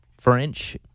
French